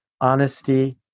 honesty